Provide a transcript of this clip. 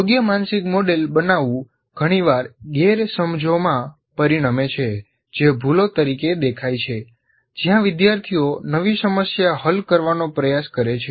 યોગ્ય માનસિક મોડેલ બનાવવું ઘણીવાર ગેરસમજોમાં પરિણમે છે જે ભૂલો તરીકે દેખાય છે જ્યાં વિદ્યાર્થીઓ નવી સમસ્યા હલ કરવાનો પ્રયાસ કરે છે